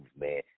man